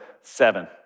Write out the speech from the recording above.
seven